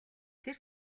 тэр